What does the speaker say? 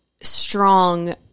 strong